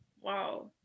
Wow